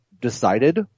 decided